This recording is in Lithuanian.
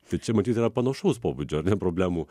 tai čia matyt yra panašaus pobūdžio ar ne problemų